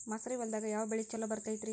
ಮಸಾರಿ ಹೊಲದಾಗ ಯಾವ ಬೆಳಿ ಛಲೋ ಬರತೈತ್ರೇ?